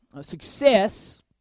success